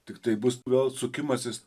tiktai bus vėl sukimasis